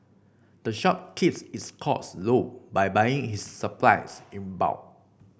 the shop keeps its costs low by buying its supplies in bulk